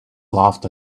laughed